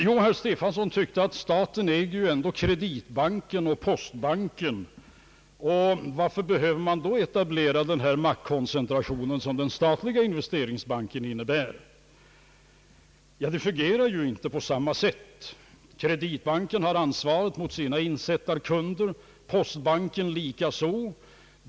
Jo, herr Stefanson tyckte att staten ju ändå äger kreditbanken och postbanken. Varför behöver man då etablera den maktkoncentration, som den statliga investeringsbanken innebär, undrade herr Stefanson. Men dessa inrättningar fungerar ju inte på samma sätt. Kreditbanken har ansvar mot sina insättarkunder, postbanken likaså.